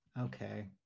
Okay